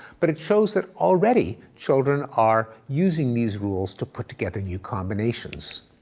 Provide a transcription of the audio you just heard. but it shows that already children are using these rules to put together new combinations.